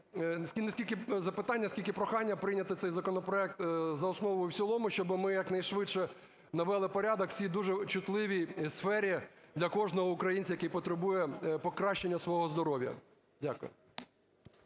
не скільки прохання, скільки прохання прийняти цей законопроект за основу і в цілому, щоб ми якнайшвидше навели порядок в цій дуже чутливій сфері для кожного українця, який потребує покращення свого здоров'я. Дякую.